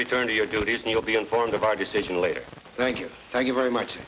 return to your duties and you'll be informed of our decision later thank you thank you very much